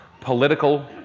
political